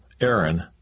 Aaron